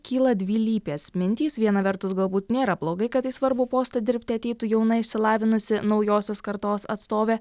kyla dvilypės mintys viena vertus galbūt nėra blogai kad į svarbų postą dirbti ateitų jauna išsilavinusi naujosios kartos atstovė